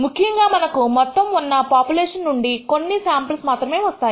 ముఖ్యంగా మనకు మొత్తం ఉన్న పాపులేషన్ నుండి కొన్ని శాంపుల్స్ మాత్రమే వస్తాయి